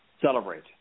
celebrate